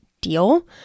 deal